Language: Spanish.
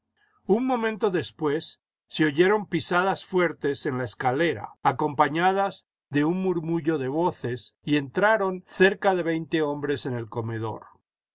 un momento después se oyeron pisadas fuertes en la escalera acompañadas de un murmullo de voces y entraron cerca de veinte hombres en el comedor